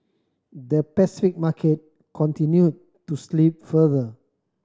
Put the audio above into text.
the Pacific market continued to slip further